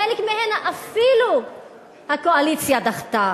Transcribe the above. חלק מהן אפילו הקואליציה דחתה.